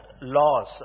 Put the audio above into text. laws